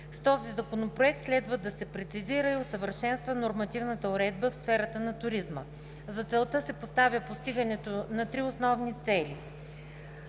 С този законопроект следва да се прецизира и усъвършенства нормативната уредба в сферата на туризма. За целта се поставя постигането на три основни цели: